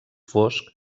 fosc